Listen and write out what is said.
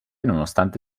nonostante